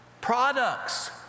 products